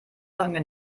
lange